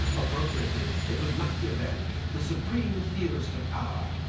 appropriateiy, it was machiaveiii, the supreme theorist of power,